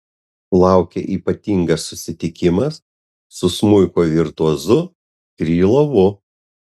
laukia ypatingas susitikimas su smuiko virtuozu krylovu